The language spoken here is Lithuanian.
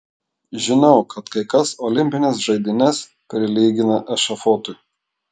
žinau kad kai kas olimpines žaidynes prilygina ešafotui